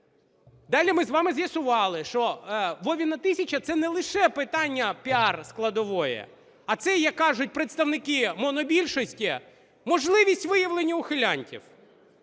Далі ми з вами з'ясували, що Вовина тисяча – це не лише питання піар-складової, а це, як кажуть представники монобільшості, можливість виявлення ухилянтів.